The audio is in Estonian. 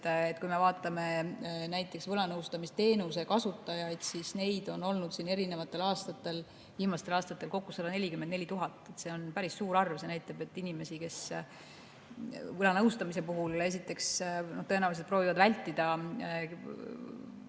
aga kui me vaatame näiteks võlanõustamisteenuse kasutajaid, siis neid on olnud erinevatel aastatel, viimastel aastatel kokku 144 000. See on päris suur arv. See näitab, et inimesi, kes võlanõustamise puhul tõenäoliselt proovivad vältida